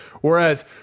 whereas